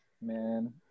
Man